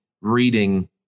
reading